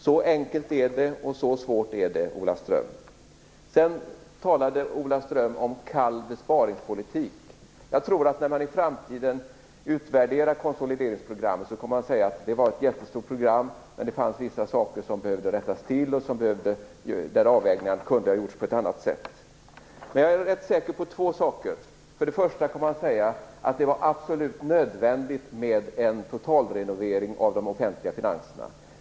Så enkelt är det, och så svårt är det, Ola Ström. Sedan talade Ola Ström om kall besparingspolitik. Jag tror att när man i framtiden utvärderar konsolideringsprogrammet, så kommer man att säga att det var ett jättestort program men att det fanns vissa saker som behövde rättas till och att avvägningar kunde ha gjorts på ett annat sätt. Men jag är rätt säker på två saker. För det första kommer man att säga att det var absolut nödvändigt med en totalrenovering av de offentliga finanserna.